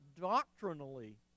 doctrinally